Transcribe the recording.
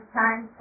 time